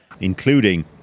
including